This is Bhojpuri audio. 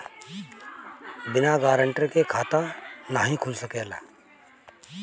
बिना गारंटर के खाता नाहीं खुल सकेला?